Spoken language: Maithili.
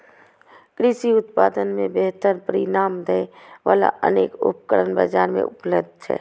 कृषि उत्पादन मे बेहतर परिणाम दै बला अनेक उपकरण बाजार मे उपलब्ध छै